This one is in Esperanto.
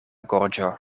gorĝo